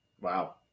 Wow